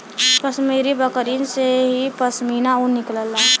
कश्मीरी बकरिन से ही पश्मीना ऊन निकलला